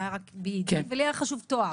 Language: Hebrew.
היה רק B.ED ולי היה חשוב תואר.